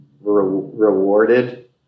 rewarded